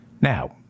Now